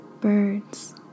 birds